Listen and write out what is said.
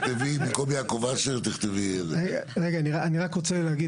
רק רוצה להגיד.